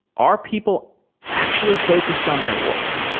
are people actually focused on their work?